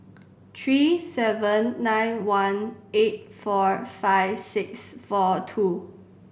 three seven nine one eight four five six four two